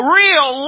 real